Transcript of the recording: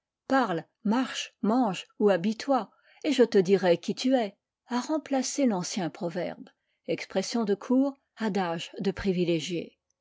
parle marche mange ou habille-toi et je te dirai qui tu es a remplacé l'ancien proverbe expression de cour adage de privilégié